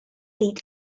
eight